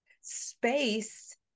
space